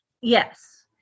Yes